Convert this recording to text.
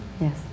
Yes